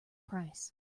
price